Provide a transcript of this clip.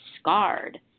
scarred